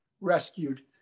rescued